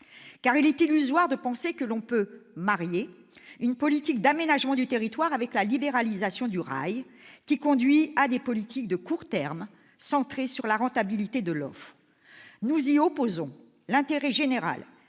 il est illusoire de penser que l'on peut marier une politique d'aménagement du territoire avec la libéralisation du rail, qui conduit à des politiques de court terme, centrées sur la rentabilité de l'offre. Nous y opposons l'intérêt général,